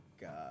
God